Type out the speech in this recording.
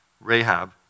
Rahab